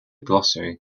glossary